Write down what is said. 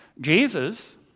Jesus